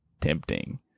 Tempting